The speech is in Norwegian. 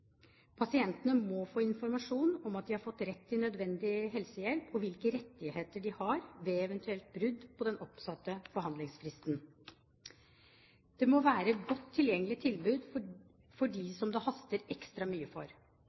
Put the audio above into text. at de har rett til nødvendig helsehjelp, og om hvilke rettigheter de har ved eventuelt brudd på den oppsatte behandlingsfristen. Det må være godt tilgjengelige tilbud for dem som det haster ekstra mye for.